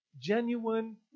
genuine